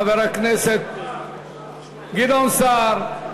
חבר הכנסת גדעון סער.